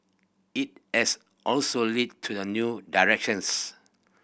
it has also led to the new directions